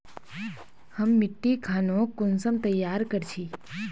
हम मिट्टी खानोक कुंसम तैयार कर छी?